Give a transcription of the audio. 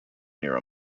near